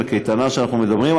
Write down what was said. בקייטנה שאנחנו מדברים עליה,